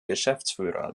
geschäftsführer